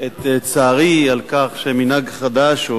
את צערי על כך שמנהג חדש,